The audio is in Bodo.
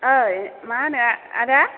ओइ मा होनो आदा